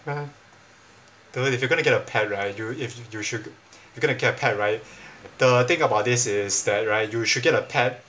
if you're going to get a pet right you if you should if you're gonna get a pet right the thing about this is that right you should get a pet